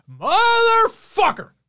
Motherfucker